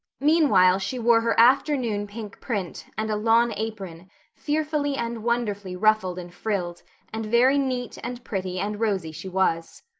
meanwhile she wore her afternoon pink print and a lawn apron fearfully and wonderfully ruffled and frilled and very neat and pretty and rosy she was.